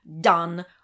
done